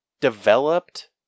developed